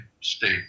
state